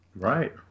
Right